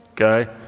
Okay